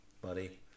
buddy